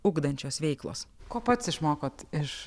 ugdančios veiklos ko pats išmokot iš